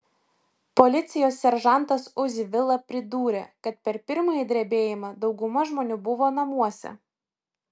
policijos seržantas uzi vila pridūrė kad per pirmąjį drebėjimą dauguma žmonių buvo namuose